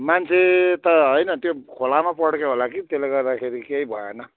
मान्छे त होइन त्यो खोलामा पड्क्यो होला कि त्यसले गर्दाखेरि केही भएन